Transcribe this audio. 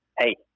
hey